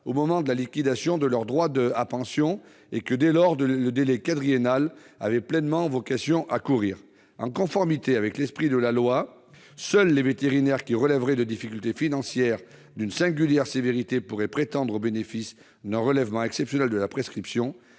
au moment de la liquidation de leurs droits à pension et que, dès lors, le délai quadriennal avait pleinement vocation à courir. En conformité avec l'esprit de la loi, seuls les vétérinaires qui relèveraient de difficultés financières d'une singulière sévérité pourraient prétendre au bénéfice d'un relèvement exceptionnel de la prescription